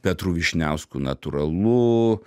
petru vyšniausku natūralu